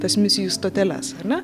tas misijų stoteles ar ne